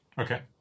Okay